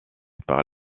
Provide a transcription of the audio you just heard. par